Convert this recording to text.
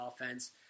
offense